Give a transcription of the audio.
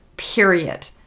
period